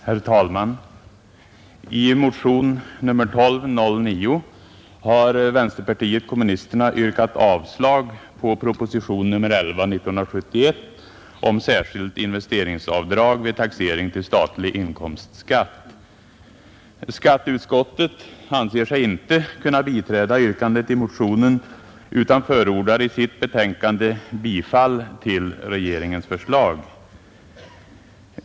Herr talman! I motionen 1209 har vänsterpartiet kommunisterna yrkat avslag på proposition 1971:11 med förslag till förordning om särskilt investeringsavdrag vid taxering till statlig inkomstskatt. Skatteutskottet anser sig inte kunna biträda yrkandet i motionen utan förordar i sitt betänkande bifall till regeringens förslag.